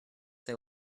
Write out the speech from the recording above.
they